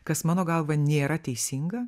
kas mano galva nėra teisinga